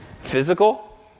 physical